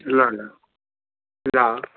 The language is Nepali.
ल ल ल